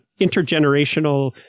intergenerational